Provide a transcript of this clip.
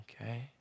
Okay